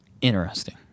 Interesting